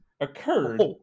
occurred